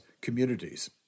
communities